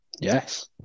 Yes